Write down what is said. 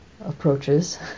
approaches